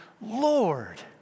Lord